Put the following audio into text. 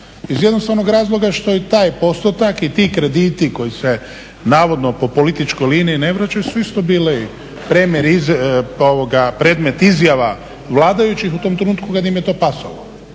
iz jednostavnog razloga što i taj postotak i ti krediti koji se navodno po političkoj liniji ne vraćaju su isto bili predmet izjava vladajućih u tom trenutku kad im je to pasalo.